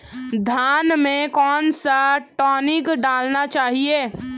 धान में कौन सा टॉनिक डालना चाहिए?